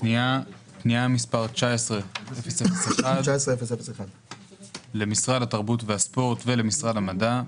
פנייה מספר 19/001 למשרד התרבות והספורט ולמשרד המדע,